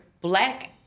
black